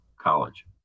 college